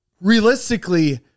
realistically